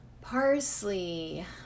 parsley